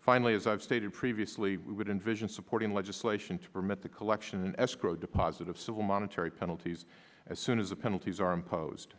finally as i've stated previously we would invision supporting legislation to permit the collection escrow deposit of civil monetary penalties as soon as the penalties are imposed